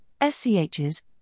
SCHs